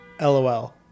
LOL